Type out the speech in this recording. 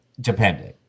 depending